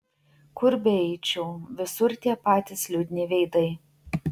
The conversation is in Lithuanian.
kur beeičiau visur tie patys liūdni veidai